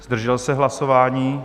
Zdržel se hlasování?